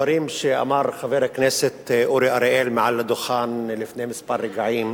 הדברים שאמר חבר הכנסת אורי אריאל מעל הדוכן לפני מספר רגעים,